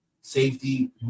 safety